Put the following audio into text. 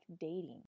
dating